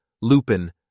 Lupin